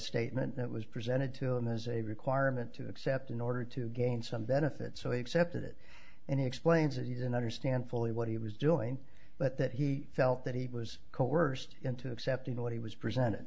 statement that was presented to him as a requirement to accept in order to gain some benefit so he accepted it and he explains that he didn't understand fully what he was doing but that he felt that he was coerced into accepting what he was presented